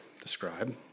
describe